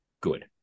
good